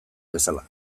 bezala